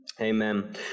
amen